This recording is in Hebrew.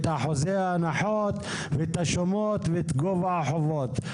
אחוזי ההנחות ואת השומות ואת גובה החובות.